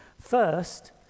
first